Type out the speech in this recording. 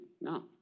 No